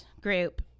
group